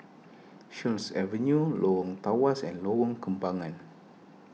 Sheares Avenue Lorong Tawas and Lorong Kembangan